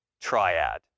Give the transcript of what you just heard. triad